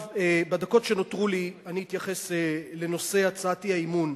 בדקות שנותרו לי אני אתייחס לנושא הצעת האי-אמון,